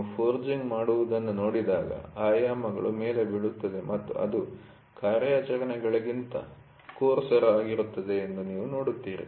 ನೀವು ಪೋಜಿ೯ಂಗ್ ಮಾಡುವುದನ್ನು ನೋಡಿದಾಗ ಆಯಾಮಗಳು ಮೇಲೆ ಬೀಳುತ್ತವೆ ಮತ್ತು ಅದು ಕಾರ್ಯಾಚರಣೆಗಳಿಗಿಂತ ಕೋರ್ಸರ್ ಆಗಿರುತ್ತದೆ ಎಂದು ನೀವು ನೋಡುತ್ತೀರಿ